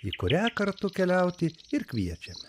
į kurią kartu keliauti ir kviečiame